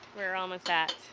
we're almost at